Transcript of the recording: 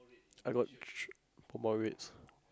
I got I bought reds